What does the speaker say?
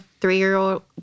three-year-old